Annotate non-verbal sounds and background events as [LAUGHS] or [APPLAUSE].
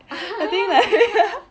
[LAUGHS]